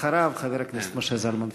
אחריו, חבר הכנסת משה זלמן פייגלין.